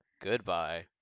Goodbye